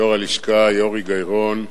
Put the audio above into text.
יושב-ראש הלשכה יורי גיא-רון,